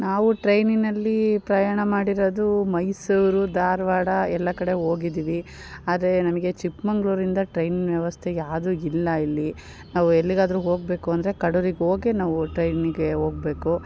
ನಾವು ಟ್ರೈನಿನಲ್ಲಿ ಪ್ರಯಾಣ ಮಾಡಿರೋದು ಮೈಸೂರು ಧಾರ್ವಾಡ ಎಲ್ಲ ಕಡೆ ಹೋಗಿದಿವಿ ಆದರೆ ನಮಗೆ ಚಿಕ್ಕಮಂಗ್ಳೂರಿಂದ ಟ್ರೈನ್ ವ್ಯವಸ್ಥೆ ಯಾವ್ದು ಇಲ್ಲ ಇಲ್ಲಿ ನಾವು ಎಲ್ಲಿಗಾದರೂ ಹೋಗಬೇಕು ಅಂದರೆ ಕಡೂರಿಗೆ ಹೋಗೆ ನಾವು ಟ್ರೈನಿಗೆ ಹೋಗ್ಬೇಕು